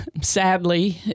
sadly